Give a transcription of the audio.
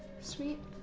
Sweet